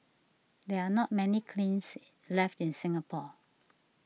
there are not many kilns left in Singapore